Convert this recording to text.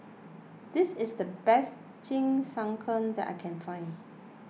this is the best Jingisukan that I can find